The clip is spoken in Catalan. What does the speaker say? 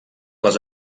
les